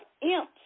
imps